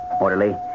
Orderly